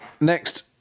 next